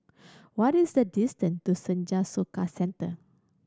what is the distance to Senja Soka Centre